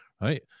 right